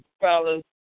fellas